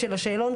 לימוד.